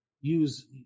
use